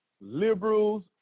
liberals